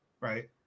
right